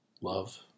love